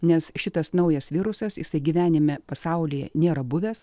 nes šitas naujas virusas jisai gyvenime pasaulyje nėra buvęs